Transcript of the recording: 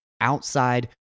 outside